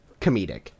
comedic